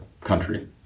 country